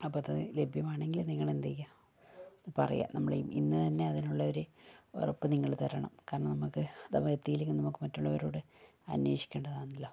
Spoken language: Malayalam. അപ്പം അത് ലഭ്യമാണെങ്കില് നിങ്ങളെന്തെയ്യാ ഇത് പറയുക നമ്മള് ഇന്ന് തന്നെ അതിനുള്ള ഒരു ഉറപ്പ് നിങ്ങള് തരണം കാരണം നമുക്ക് അഥവാ എത്തിയില്ലെങ്കിൽ നമുക്ക് മറ്റുള്ളവരോട് അന്വേഷിക്കണ്ടതാണല്ലോ